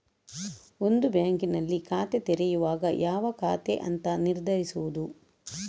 ಒಂದು ಬ್ಯಾಂಕಿನಲ್ಲಿ ಖಾತೆ ತೆರೆಯುವಾಗ ಯಾವ ಖಾತೆ ಅಂತ ನಿರ್ಧರಿಸುದು